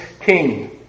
king